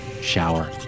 Shower